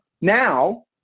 Now